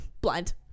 blind